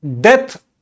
Death